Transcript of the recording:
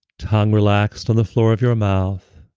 tongue relaxed on the floor of your mouth